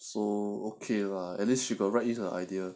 so okay lah at least she got write in her idea